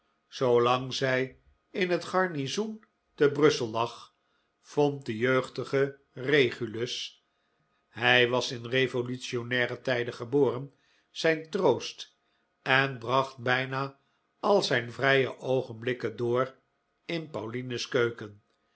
zoolang hij in garnizoen te brussel lag vond de jeugdige regulus hij was in revolutionnaire tijden geboren zijn troost en bracht bijna al zijn vrije oogenblikken door in pauline's keuken